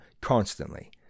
constantly